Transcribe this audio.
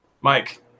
Mike